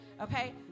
okay